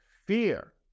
fear